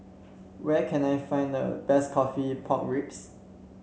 where can I find the best coffee Pork Ribs